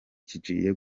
kigiye